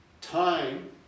Time